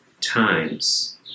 times